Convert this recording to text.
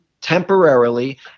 temporarily